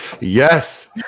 Yes